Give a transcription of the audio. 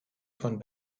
von